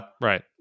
right